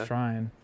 Trying